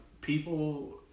people